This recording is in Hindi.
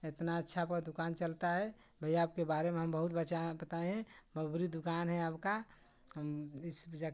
इतना अच्छा आपका दुकान चलता है भैया आपके बार में हम बहुत बचाए बताए हैं बबरी दुकान है आपका हम इस पर जा कर